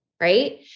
Right